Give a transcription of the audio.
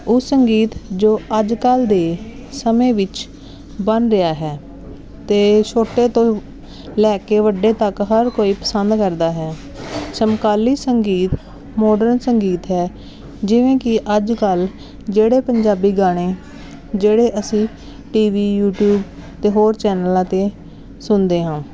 ਉਹ ਸੰਗੀਤ ਜੋ ਅੱਜ ਕੱਲ੍ਹ ਦੇ ਸਮੇਂ ਵਿੱਚ ਬਣ ਰਿਹਾ ਹੈ ਅਤੇ ਛੋਟੇ ਤੋਂ ਲੈ ਕੇ ਵੱਡੇ ਤੱਕ ਹਰ ਕੋਈ ਪਸੰਦ ਕਰਦਾ ਹੈ ਸਮਕਾਲੀ ਸੰਗੀਤ ਮੋਡਰਨ ਸੰਗੀਤ ਹੈ ਜਿਵੇਂ ਕਿ ਅੱਜ ਕੱਲ੍ਹ ਜਿਹੜੇ ਪੰਜਾਬੀ ਗਾਣੇ ਜਿਹੜੇ ਅਸੀਂ ਟੀ ਵੀ ਯੂਟੀਊਬ ਅਤੇ ਹੋਰ ਚੈਨਲਾਂ 'ਤੇ ਸੁਣਦੇ ਹਾਂ